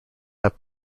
have